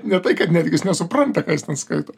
ne tai kad netgi jis nesupranta ką jis ten skaito